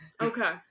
Okay